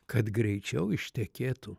kad greičiau ištekėtų